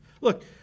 Look